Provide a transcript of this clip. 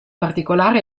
particolare